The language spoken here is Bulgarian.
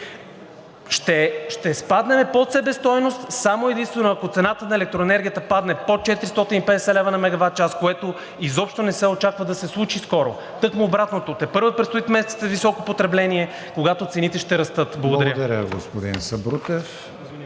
Ще спаднем под себестойност само и единствено ако цената на електроенергията падне под 450 лв. на мегаватчас, което изобщо не се очаква да се случи скоро, а тъкмо обратното – тепърва предстоят месеците с високо потребление, когато цените ще растат. Благодаря.